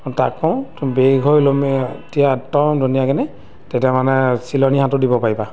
তাক কওঁ তুমি বেক হৈ উলমি এতিয়া একদম ধুনীয়াকেনে তেতিয়া মানে চিলনী সাঁতোৰ দিব পাৰিবা